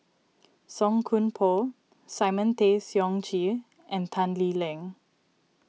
Song Koon Poh Simon Tay Seong Chee and Tan Lee Leng